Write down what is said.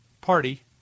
Party